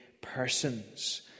persons